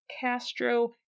Castro